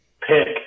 pick